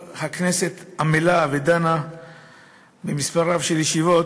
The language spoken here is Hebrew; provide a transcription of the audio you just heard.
שהכנסת כבר עמלה ודנה בו מספר רב של ישיבות,